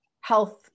health